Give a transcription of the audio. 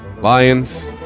Lions